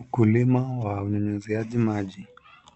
Ukulima wa unyunyiziaji,